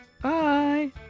Bye